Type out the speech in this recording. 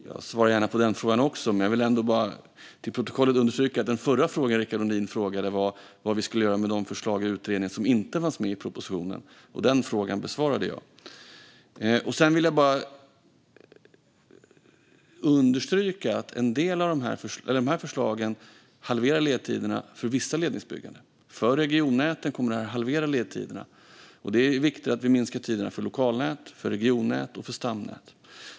Fru talman! Jag svarar gärna på den frågan också, men jag vill ändå bara för protokollets skull understryka att den förra frågan Rickard Nordin ställde var vad vi skulle göra med de förslag i utredningen som inte fanns med i propositionen. Den frågan besvarade jag. Sedan vill jag bara understryka att de här förslagen halverar ledtiderna för vissa ledningsbyggen. För regionnäten kommer detta att halvera ledtiderna. Det är viktigt att vi minskar tiderna för lokalnät, för regionnät och för stamnät.